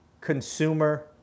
consumer